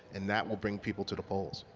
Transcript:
and that will bring people to the polls.